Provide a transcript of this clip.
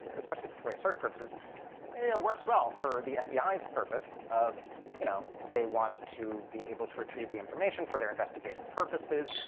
especially for foia search purposes yeah it works well for the fbi's purpose of you know they want to be able to retrieve the information for their investigative purposes,